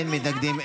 אין מתנגדים,